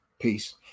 Peace